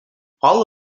all